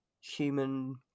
human